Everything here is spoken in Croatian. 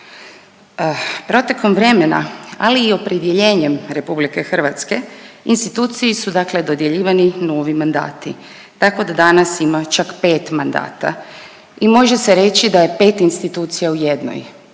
Protekom vremena ali i opredjeljenjem Republike Hrvatske instituciji su, dakle dodjeljivani novi mandati tako da danas imaju čak pet mandata i može se reći da je 5 institucija u jednoj.